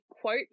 quote